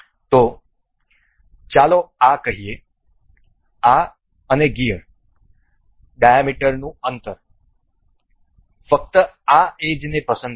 તેથી ચાલો આ કહીએ આ અને ગિયર ડાયામીટરનું અંતર ફક્ત આ એજને પસંદ કરો